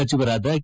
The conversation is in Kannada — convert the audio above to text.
ಸಚಿವರಾದ ಕೆ